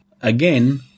Again